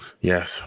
Yes